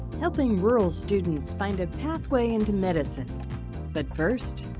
helping rural students find a pathway into medicine but first,